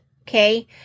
okay